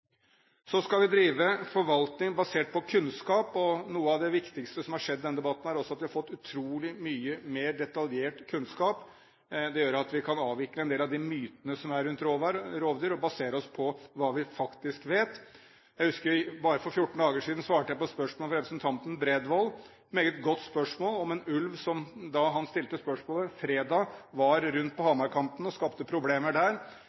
skal drive forvaltning basert på kunnskap, og noe av det viktigste som har skjedd i denne debatten, er at vi har fått utrolig mye mer detaljert kunnskap. Det gjør at vi kan avvikle en del av de mytene som er rundt rovdyr, og basere oss på hva vi faktisk vet. For en tid siden svarte jeg på spørsmål fra representanten Bredvold – et meget godt spørsmål – om en ulv, som da han stilte spørsmålet fredag, var rundt på Hamar-kanten og skapte problemer der.